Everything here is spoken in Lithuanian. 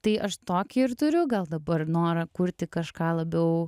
tai aš tokį ir turiu gal dabar norą kurti kažką labiau